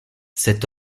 cet